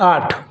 आठ